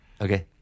Okay